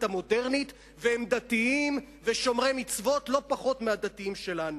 המודרנית והם דתיים ושומרי מצוות לא פחות מהדתיים שלנו.